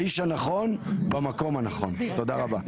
האיש הנכון במקום הנכון, תודה רבה.